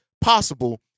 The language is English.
possible